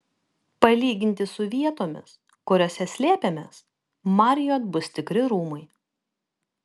palyginti su vietomis kuriose slėpėmės marriott bus tikri rūmai